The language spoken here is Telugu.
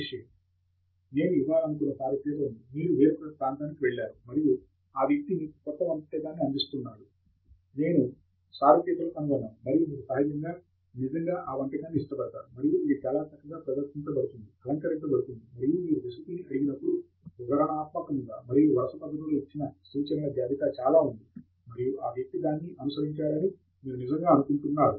తంగిరాల నేను ఇవ్వాలనుకున్న సారూప్యత ఉంది మీరు వేరొకరి ప్రాంతానికి వెళ్లారు మరియు ఆ వ్యక్తి మీకు క్రొత్త వంటకాన్ని అందిస్తున్నాడు నేను సారూప్యతలు కనుగొన్నాను మరియు మీరు నిజంగా ఆ వంటకాన్ని ఇష్టపడతారు మరియు ఇది చాలా చక్కగా ప్రదర్శించబడుతుంది అలంకరింబడుతుంది మరియు మీరు రెసిపీని అడిగినప్పుడు వివరణాత్మకముగా మరియు వరుస పద్ధతిలో ఇచ్చిన సూచనల జాబితా చాలా ఉంది మరియు ఆ వ్యక్తి దానిని అనుసరించాడని మీరు నిజంగా అనుకుంటున్నారు